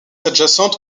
adjacentes